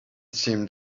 seemed